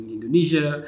Indonesia